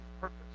purpose